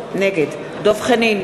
נגד דב חנין,